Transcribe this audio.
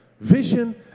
Vision